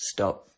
Stop